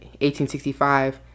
1865